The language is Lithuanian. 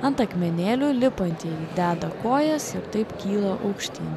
ant akmenėlių lipantieji deda kojas ir taip kyla aukštyn